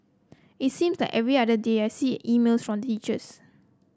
it seem that every other day I see emails from teachers